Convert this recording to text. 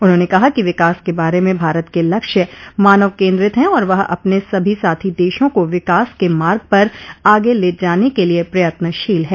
उन्होंने कहा कि विकास के बारे में भारत के लक्ष्य मानव केन्द्रित हैं और वह अपने सभी साथी देशों को विकास के मार्ग पर आगे ले जाने के लिए प्रयत्नशील है